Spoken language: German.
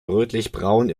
rötlichbraun